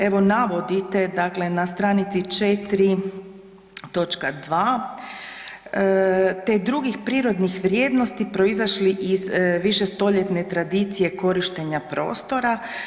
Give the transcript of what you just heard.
Evo navodite, dakle na stranici 4, točka 2, te drugih prirodnih vrijednosti proizašli iz višestoljetne tradicije korištenja prostora.